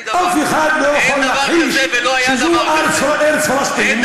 אף אחד לא יכול להכחיש שזו ארץ פלסטין,